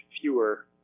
fewer